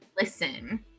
listen